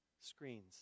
screens